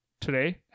today